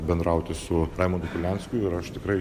bendrauti su raimondu kurlianskiu ir aš tikrai